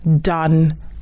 done